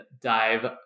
dive